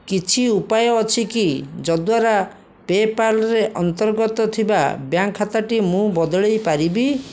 କିଛି ଉପାୟ ଅଛି କି ଯଦ୍ୱାରା ପେ'ପାଲ୍ରେ ଅନ୍ତର୍ଗତ ଥିବା ବ୍ୟାଙ୍କ୍ ଖାତାଟି ମୁଁ ବଦଳେଇ ପାରିବି